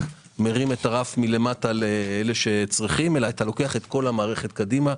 מרים את הרף מלמטה לאלה שצריכים אלא מרים את כל המערכת קדימה,